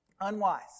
unwise